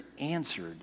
answered